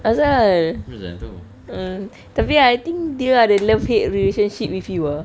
asal mm tapi I think dia ada love hate relationship with you ah